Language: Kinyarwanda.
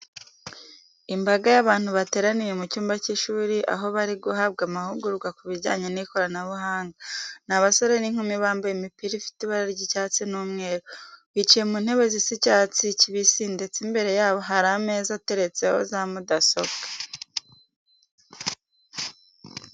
Imbaga y'abantu bateraniye mu cyumba cy'ishuri, aho bari guhabwa amahugurwa ku bijyanye n'ikoranabuhanga. Ni abasore n'inkumi bambaye imipira ifite ibara ry'icyatsi n'umweru. Bicaye mu ntebe zisa icyatsi kibisi ndetse imbere yabo hari ameza ateretseho za mudasobwa.